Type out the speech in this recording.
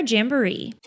Jamboree